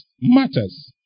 matters